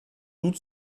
doute